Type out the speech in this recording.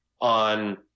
on